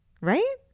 Right